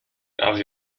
raz